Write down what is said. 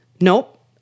Nope